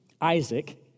Isaac